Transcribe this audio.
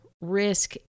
risk